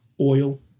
oil